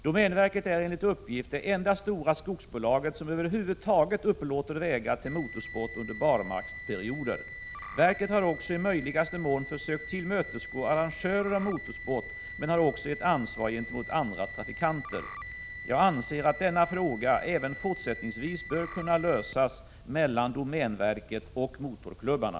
Domänverket är enligt uppgift det enda stora skogsbolag som över huvud taget upplåter vägar till motorsport under barmarksperioder. Verket har också i möjligaste mån försökt tillmötesgå arrangörer av motorsport, men har också ett ansvar gentemot andra trafikanter. Jag anser att denna fråga även fortsättningsvis bör kunna lösas mellan domänverket och motorklubbarna.